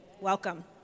Welcome